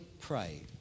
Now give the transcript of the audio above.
pray